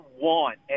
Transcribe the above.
want